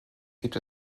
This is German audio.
gibt